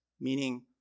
Meaning